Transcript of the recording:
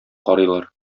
карыйлар